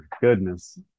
goodness